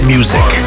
Music